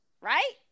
right